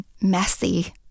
messy